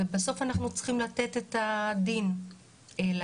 ובסוף אנחנו צריכים לתת את הדין לאזרח.